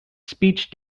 speech